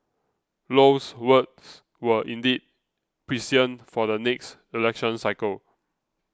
Low's words were indeed prescient for the next election cycle